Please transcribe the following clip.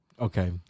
Okay